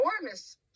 enormous